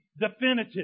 definitive